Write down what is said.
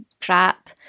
crap